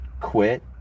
quit